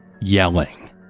yelling